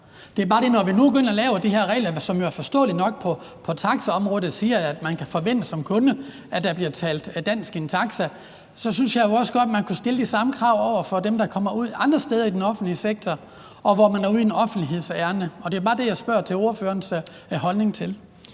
Det er bare det, at når vi nu går ind og laver de her regler, som jo er forståelige nok på taxaområdet, hvor man siger, at man som kunde kan forvente, at der bliver talt dansk i en taxa, så synes jeg også godt, man kunne stille de samme krav til dem, der kommer ud andre steder i bl.a. den offentlige sektor, og hvor de er ude i et offentligt ærinde. Det er bare det, jeg spørger om ordførerens holdning til.